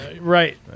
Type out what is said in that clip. Right